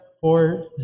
four